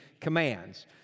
commands